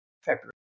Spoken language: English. February